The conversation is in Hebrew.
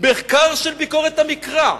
מחקר של ביקורת המקרא: